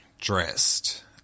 dressed